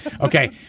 okay